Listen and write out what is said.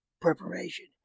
preparation